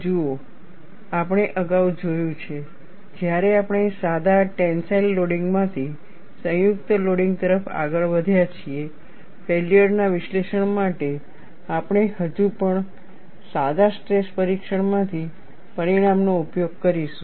જુઓ આપણે અગાઉ જોયું છે જ્યારે આપણે સાદા ટેન્સાઈલ લોડીંગમાંથી સંયુક્ત લોડીંગ તરફ આગળ વધ્યા છીએ ફેલ્યોર ના વિશ્લેષણ માટે આપણે હજુ પણ સાદા સ્ટ્રેસ પરીક્ષણમાંથી પરિણામનો ઉપયોગ કરીશું